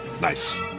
Nice